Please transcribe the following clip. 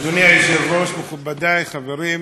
אדוני היושב-ראש, מכובדי החברים,